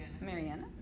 Mariana